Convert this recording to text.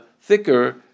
thicker